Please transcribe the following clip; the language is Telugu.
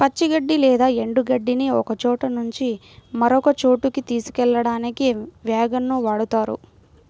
పచ్చి గడ్డి లేదా ఎండు గడ్డిని ఒకచోట నుంచి మరొక చోటుకి తీసుకెళ్ళడానికి వ్యాగన్ ని వాడుతారు